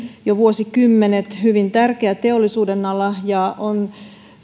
jo vuosikymmenet hyvin tärkeä teollisuudenala ja on